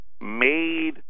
made